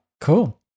Cool